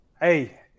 hey